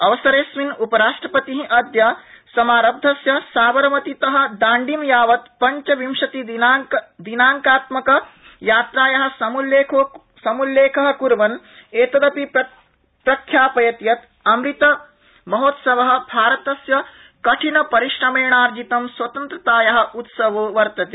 अवसरेऽस्मिन उपराष्ट्रपति अद्य समारब्धस्य साबरमतीत दाण्डीं यावत् पंचविंशतिदिनात्मकयात्राया एमल्लेख कृर्वन् एतदपि प्रख्यापयत् यत् अमृत महोत्सव भारतस्य कठिनपरिश्रमेणार्जितं स्वतन्त्रताया उत्सवो वर्तते